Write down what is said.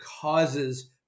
causes